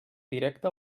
directe